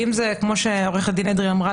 ואם זה כמו שעורכת הדין אדרי אמרה,